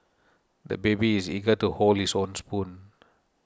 the baby is eager to hold his own spoon